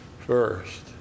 first